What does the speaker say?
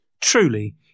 Truly